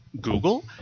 Google